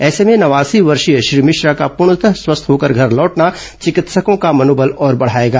ऐसे में नवासी वर्षीय श्री मिश्रा का पूर्णतः स्वस्थ होकर घर लौटना चिकित्सकों का मनोबल और बढाएगा